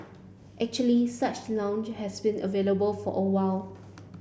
actually such lounge have been available for a while